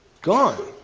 gone.